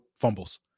fumbles